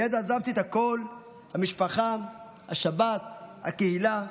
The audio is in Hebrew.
מייד עזבתי את הכול, המשפחה, השבת, הקהילה,